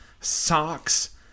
socks